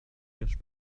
cache